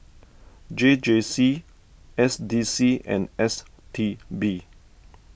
J J C S D C and S T B